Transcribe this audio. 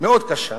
מאוד קשה,